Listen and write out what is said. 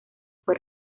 fue